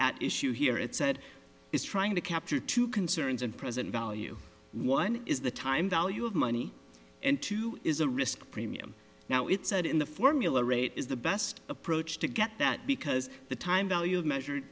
at issue here it said is trying to capture two concerns and present value one is the time value of money and two is a risk premium now it said in the formula rate is the best approach to get that because the time value of measured